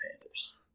Panthers